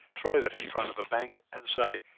throw that in front of a bank and say,